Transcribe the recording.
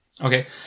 Okay